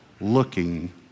looking